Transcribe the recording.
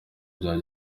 vya